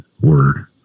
word